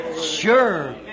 Sure